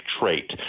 trait